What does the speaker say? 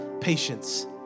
patience